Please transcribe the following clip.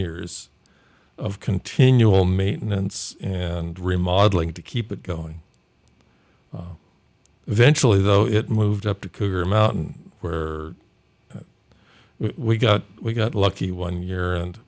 years of continual maintenance and remodeling to keep it going eventually though it moved up to cougar mountain where we got we got lucky one year and